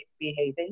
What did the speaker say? behaving